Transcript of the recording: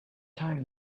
time